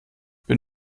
bin